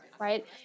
Right